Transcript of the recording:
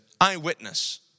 eyewitness